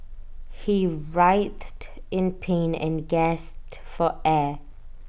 he writhed in pain and gasped for air